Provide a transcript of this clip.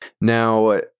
Now